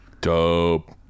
dope